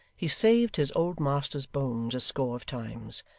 he saved his old master's bones a score of times.